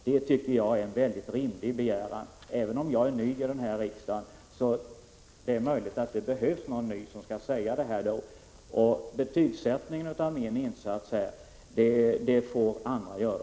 Det tycker jag är en mycket rimlig begäran, även om jag är ny här i riksdagen; det är möjligt att det behövs någon ny för att det skall bli sagt. Betygsättningen av min insats här får andra göra.